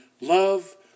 love